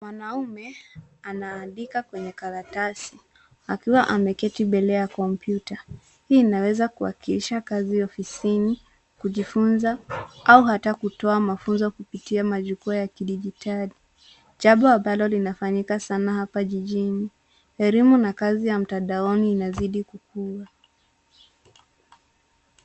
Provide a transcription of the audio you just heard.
Mwanaume anaandika kwenye karatasi akiwa ameketi mbele ya kompyuta. Hii inaweza kuwakilisha kazi ofisini, kujifunza, au hata kutoa mafunzo kupitia majukwaa ya kidijitadi. Jambo ambalo linafanyika sana hapa jijini. elimu na kazi ya mtandaoni inazidi kukua.